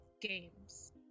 games